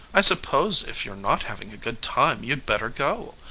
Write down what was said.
i suppose if you're not having a good time you'd better go.